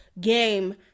game